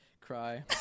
cry